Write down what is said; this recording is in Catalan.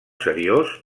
seriós